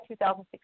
2016